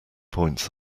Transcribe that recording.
points